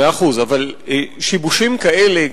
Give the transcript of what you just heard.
מאה אחוז, אבל שיבושים כאלה,